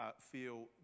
feel